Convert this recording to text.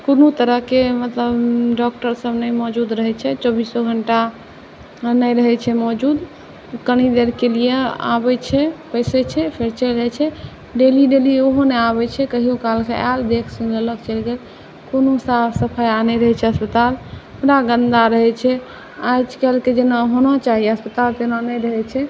कोनो तरहके मतलब डॉक्टरसब नहि मौजूद रहै छै चौबीसो घण्टा नहि रहै छै मौजूद कनि देरकेलिए आबै छै बैसै छै फेर चलि जाइ छै डेली डेली ओहो नहि आबै छै कहिओ कालके आएल देखि सुनि लेलक चलि गेल कोनो साफ सफाया नहि रहै छै अस्पताल पूरा गन्दा रहै छै आजकलके जेना होना चाही अस्पताल तेना नहि रहै छै